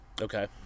Okay